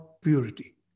purity